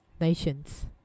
nations